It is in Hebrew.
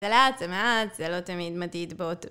זה לאט, זה מעט, זה לא תמיד מדיד באותו...